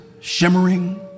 shimmering